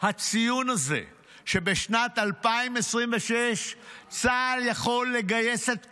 הציון הזה שבשנת 2026 צה"ל יכול לגייס את כולם.